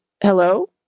hello